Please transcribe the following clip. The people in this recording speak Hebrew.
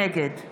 נגד